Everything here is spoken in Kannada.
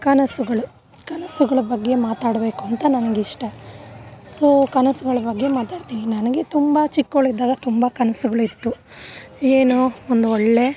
ಕನಸುಗಳು ಕನಸುಗಳ ಬಗ್ಗೆ ಮಾತಾಡ್ಬೇಕು ಅಂತ ನನಗಿಷ್ಟ ಸೊ ಕನಸುಗಳ ಬಗ್ಗೆ ಮಾತಾಡ್ತೀನಿ ನನಗೆ ತುಂಬ ಚಿಕ್ಕೋಳಿದ್ದಾಗ ತುಂಬ ಕನಸುಗಳಿತ್ತು ಏನು ಒಂದ್ವೊಳ್ಳೆ